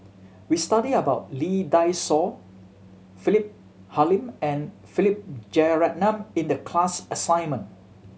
we studied about Lee Dai Soh Philip Hoalim and Philip Jeyaretnam in the class assignment